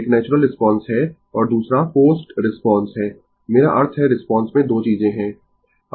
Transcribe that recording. एक natural response है और दूसरा फोर्स्ड रिस्पांस है मेरा अर्थ है रिस्पांस में दो चीजें हैं